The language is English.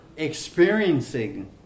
experiencing